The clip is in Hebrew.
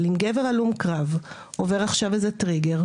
אבל אם גבר הלום קרב עובר עכשיו איזה טריגר,